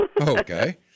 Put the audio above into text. Okay